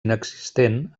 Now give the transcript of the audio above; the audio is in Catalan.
inexistent